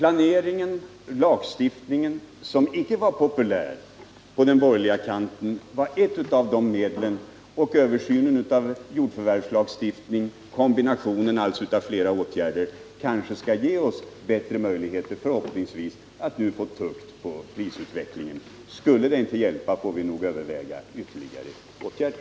Lagstiftning, som icke var populär på den borgerliga kanten, är ett av dessa medel liksom översynen av jordförvärvslagstiftningen. Kombinationen av flera åtgärder kan kanske ge oss bättre möjligheter att nu få ordning på prisutvecklingen. Skulle det inte hjälpa får vi nog överväga ytterligare åtgärder.